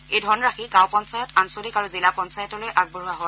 এই ধনৰাশি গাঁও পঞ্চায়ত আঞ্চলিক আৰু জিলা পঞ্চায়তলৈ আগবঢ়োৱা হয়